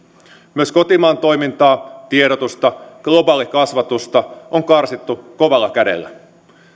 myös kotimaan toimintaa tiedotusta ja globaalikasvatusta on karsittu kovalla kädellä